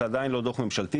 זה עדיין לא דוח ממשלתי,